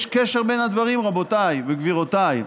יש קשר בין הדברים, רבותיי וגבירותיי.